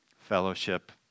fellowship